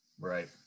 Right